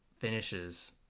finishes